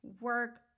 work